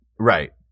Right